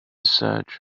search